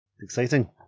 Exciting